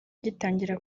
ugitangira